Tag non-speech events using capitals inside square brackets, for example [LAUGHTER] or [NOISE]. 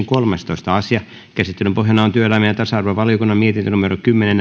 [UNINTELLIGIBLE] kolmastoista asia käsittelyn pohjana on työelämä ja ja tasa arvovaliokunnan mietintö kymmenen [UNINTELLIGIBLE]